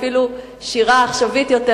אפילו שירה עכשווית יותר,